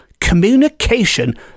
communication